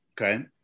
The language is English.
Okay